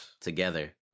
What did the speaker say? together